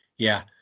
yeah,